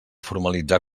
formalitzar